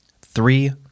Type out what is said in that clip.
Three